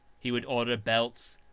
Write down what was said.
he would order belts,